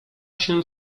się